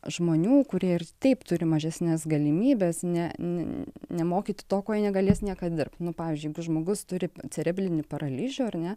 žmonių kurie ir taip turi mažesnes galimybes ne nemokyt to ko jie negalės niekad dirbt pavyzdžiui žmogus turi cerebrinį paralyžių ar ne